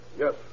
Yes